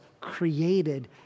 created